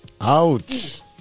Ouch